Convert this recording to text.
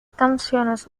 canciones